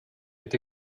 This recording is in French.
est